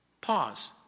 Pause